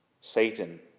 Satan